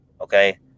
Okay